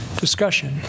Discussion